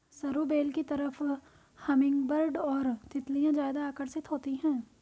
सरू बेल की तरफ हमिंगबर्ड और तितलियां ज्यादा आकर्षित होती हैं